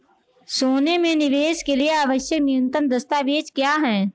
सोने में निवेश के लिए आवश्यक न्यूनतम दस्तावेज़ क्या हैं?